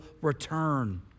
return